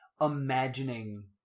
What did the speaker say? imagining